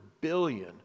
billion